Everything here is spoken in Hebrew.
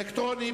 אלקטרוני.